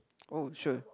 oh sure